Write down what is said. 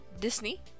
Disney